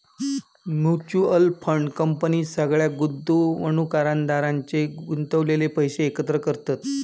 mutual fund company सगळ्या गुंतवणुकदारांचे गुंतवलेले पैशे एकत्र करतत